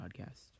Podcast